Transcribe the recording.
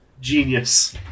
Genius